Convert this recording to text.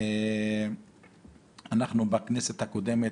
בכנסת הקודמת,